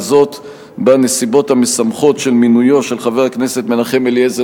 וזאת בנסיבות המשמחות של מינויו של חבר הכנסת מנחם אליעזר